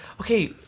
Okay